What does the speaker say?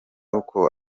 uko